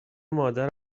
مادرم